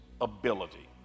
ability